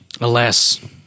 Alas